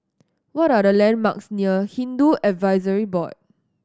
what are the landmarks near Hindu Advisory Board